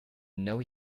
know